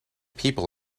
people